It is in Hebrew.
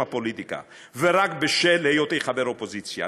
הפוליטיקה ורק בשל היותי חבר אופוזיציה.